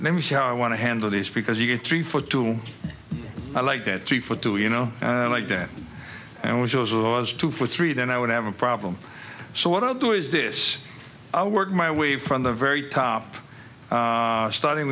let me see how i want to handle this because you get three for two i like that three for two you know like that and we chose was two for three then i would have a problem so what i'll do is this i work my way from the very top starting